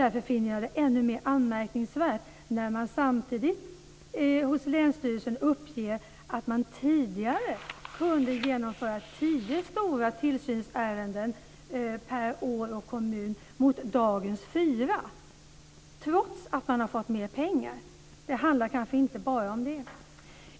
Därför finner jag det ännu mer anmärkningsvärt när man samtidigt hos länsstyrelsen uppger att man tidigare kunde genomföra tio stora tillsynsärenden per år och kommun mot dagens fyra, trots att man har fått mer pengar. Det handlar kanske inte bara om det.